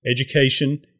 education